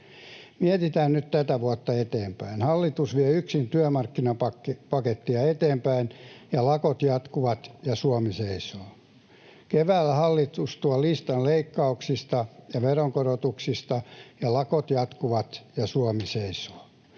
Mietitään nyt tätä vuotta eteenpäin. Hallitus vie yksin työmarkkinapakettia eteenpäin, lakot jatkuvat, ja Suomi seisoo. Keväällä hallitus tuo listan leikkauksista ja veronkorotuksista, lakot jatkuvat, ja Suomi seisoo.